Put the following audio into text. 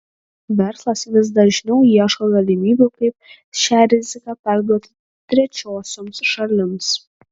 verslas vis dažniau ieško galimybių kaip šią riziką perduoti trečiosioms šalims